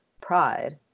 pride